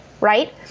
right